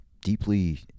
deeply